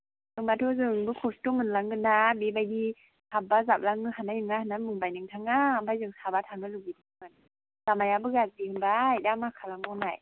होम्बाथ' जोंबो खस्थ' मोनलांगोन ना बेबायदि साब्बा जाबलांनो हानाय नङा होनना बुंबाय नोंथाङा ओमफ्राय जों साबा थांनो लुबैदोंमोन लामायाबो गाज्रि होनबाय दा मा खालामबावनो